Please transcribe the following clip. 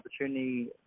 opportunity